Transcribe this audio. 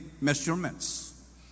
measurements